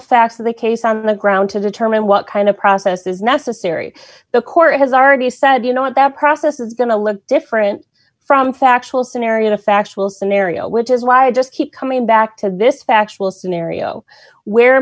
facts of the case on the ground to determine what kind of process is necessary the court has already said you know what that process is going to look different from factual scenario a factual scenario which is why i just keep coming back to this factual scenario where